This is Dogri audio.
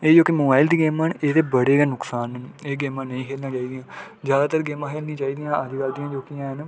एह् जेह्की मोबाइल दी गेमां न एह्दे बड़े गै नुक्सान न एह् गेमां नेईं खेलनियां चाही दियां जादातर गेमां खेलनियां चाही दियां जोह्कियां ऐन